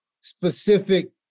specific